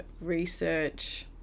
research